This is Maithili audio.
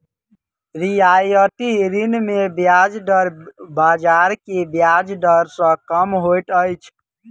रियायती ऋण मे ब्याज दर बाजार के ब्याज दर सॅ कम होइत अछि